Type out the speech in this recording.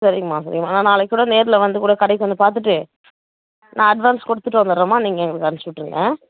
சரிங்மா சரிங்மா நான் நாளைக்கு கூட நேரில் வந்து கூட கடைக்கு வந்து பார்த்துட்டு நான் அட்வான்ஸ் கொடுத்துட்டு வந்துடுறேம்மா நீங்கள் எங்களுக்கு அமுச்சி விட்ருங்க